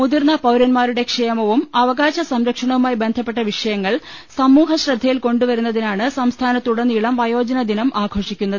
മുതിർന്ന പൌരൻമാരുടെ ക്ഷേമവും അവകാശ സംരക്ഷണവുമായി ബന്ധപ്പെട്ട വിഷയങ്ങൾ സമൂഹ ശ്രദ്ധയിൽ കൊണ്ടുവരുന്നതിനാണ് സംസ്ഥാനത്തു ടനീളം വയോജന ദിനമാഘോഷിക്കുന്നത്